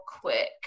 quick